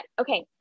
okay